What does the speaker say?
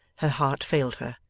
her heart failed her,